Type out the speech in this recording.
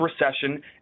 recession